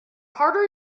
harder